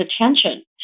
attention